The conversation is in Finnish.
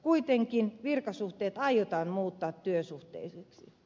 kuitenkin virkasuhteet aiotaan muuttaa työsuhteisiksi